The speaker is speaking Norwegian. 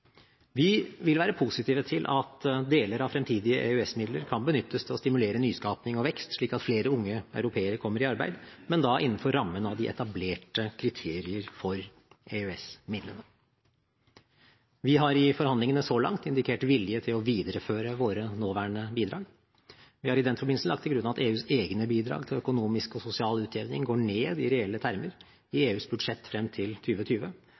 Vi vil være positive til at deler av fremtidige EØS-midler kan benyttes til å stimulere nyskapning og vekst slik at flere unge europeere kommer i arbeid, men da innenfor rammen av de etablerte kriterier for EØS-midlene. Vi har i forhandlingene så langt indikert vilje til å videreføre våre nåværende bidrag. Vi har i den forbindelse lagt til grunn at EUs egne bidrag til økonomisk og sosial utjevning går ned i reelle termer i EUs budsjett frem til